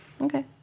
okay